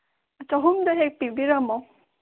ꯆꯍꯨꯝꯗꯣ ꯍꯦꯛ ꯄꯤꯕꯤꯔꯝꯃꯣ